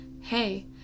Hey